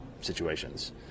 situations